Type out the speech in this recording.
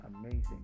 amazing